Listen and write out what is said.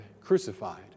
crucified